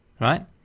right